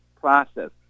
process